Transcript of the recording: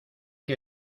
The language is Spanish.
que